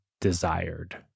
desired